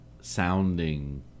sounding